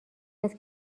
است